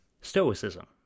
Stoicism